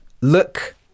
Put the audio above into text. Look